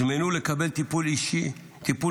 הוזמנו לקבל טיפול נפשי,